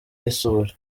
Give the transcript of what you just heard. n’isuri